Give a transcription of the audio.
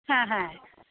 হ্যাঁ হ্যাঁ হ্যাঁ